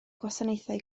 gwasanaethau